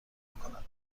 میکند